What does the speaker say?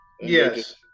Yes